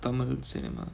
tamil cinema right